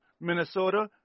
Minnesota